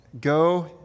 go